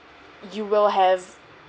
you will have